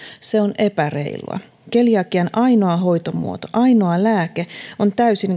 se on epäreilua keliakian ainoa hoitomuoto ainoa lääke on täysin